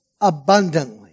abundantly